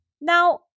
Now